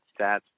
stats